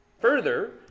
Further